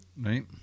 right